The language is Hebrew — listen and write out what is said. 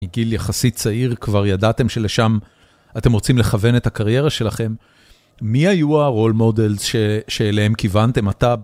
גיל יחסית צעיר כבר ידעתם שלשם אתם רוצים לכוון את הקריירה שלכם. מי היו הרול מודלס שאליהם כיוונתם?